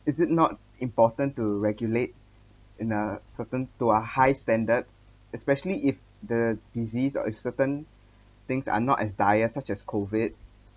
is it not important to regulate in a certain to a high standard especially if the disease or if certain things are not dire such as COVID